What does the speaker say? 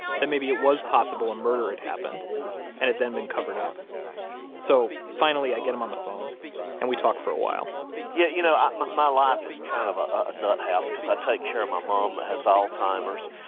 that maybe it was possible a and murder had happened and had then been covered up so finally i get him on the phone and we talk for a while yeah you know um my life is kind of a a nut house, because i take care of my mom that has alzheimer's,